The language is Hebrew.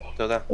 תודה.